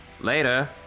later